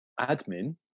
Admin